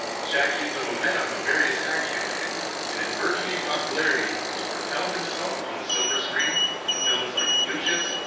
shaq used the momentum of various ad campaigns and his burgeoning popularity to propel himself on the silver screen in films like blue chips,